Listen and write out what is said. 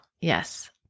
Yes